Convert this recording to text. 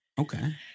Okay